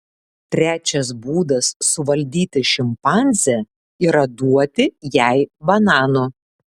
trečias būdas suvaldyti šimpanzę yra duoti jai bananų